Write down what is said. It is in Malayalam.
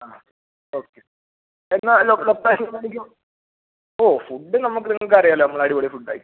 ആ ഓക്കെ എന്നാ ലൊക്കേഷൻ ഒന്ന് എനിക്ക് ഓ ഫുഡ് നമുക്ക് നിങ്ങൾക്കറിയാലോ നമ്മൾ അടിപൊളി ഫുഡ് ആയിരിക്കും